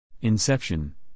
Inception